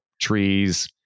trees